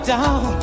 Down